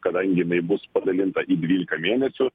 kadangi jinai bus padalinta į dvyliką mėnesių